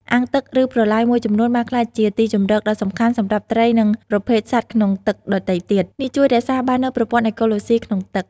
អាងទឹក ឬប្រឡាយមួយចំនួនបានក្លាយជាទីជម្រកដ៏សំខាន់សម្រាប់ត្រី និងប្រភេទសត្វក្នុងទឹកដទៃទៀត នេះជួយរក្សាបាននូវប្រព័ន្ធអេកូឡូស៊ីក្នុងទឹក។